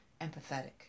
empathetic